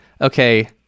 okay